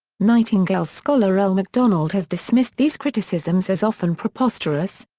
nightingale scholar l. mcdonald has dismissed these criticisms as often preposterous,